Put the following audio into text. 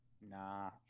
Nah